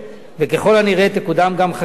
וככל הנראה תקודם גם חקיקה,